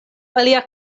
alia